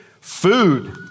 food